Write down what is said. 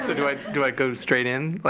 so do i do i go straight in?